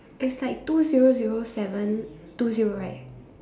it's like two zero zero seven two zero right